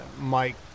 Mike